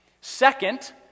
Second